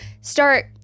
start